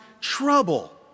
trouble